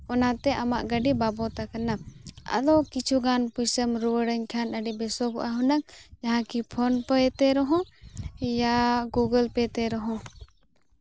ᱚᱱᱟᱛᱮ ᱟᱢᱟᱜ ᱜᱟᱹᱰᱤ ᱵᱟᱵᱚᱫ ᱟᱠᱟᱱᱟ ᱟᱫᱚ ᱠᱤᱪᱷᱩ ᱜᱟᱱ ᱯᱩᱭᱥᱟᱹᱢ ᱨᱩᱣᱟᱹᱲᱟᱹᱧ ᱠᱷᱟᱱ ᱟᱹᱰᱤ ᱵᱮᱥᱚᱜᱚᱜᱼᱟ ᱦᱩᱱᱟᱹᱝ ᱡᱟᱦᱟᱸ ᱠᱤ ᱯᱷᱳᱱ ᱯᱮ ᱛᱮ ᱨᱮᱦᱚᱸ ᱭᱟ ᱜᱩᱜᱳᱞ ᱯᱮ ᱛᱮ ᱨᱮᱦᱚᱸ